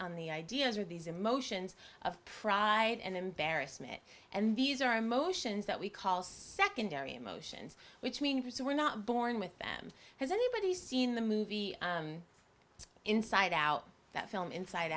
on the ideas are these emotions of pride and embarrassment and these are emotions that we call secondary emotions which mean we're not born with them has anybody seen the movie inside out that film inside